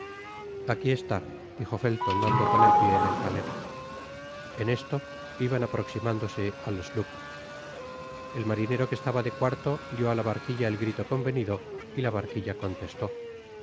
aquí está dijo felton dando con el pié en el talego en esto iban aproximándose al sloop el marinero que estaba de cuarto dió á la barquilla el grilo convenido y la barquilla contestó qué